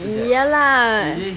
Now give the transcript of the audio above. yeah lah